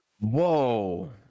Whoa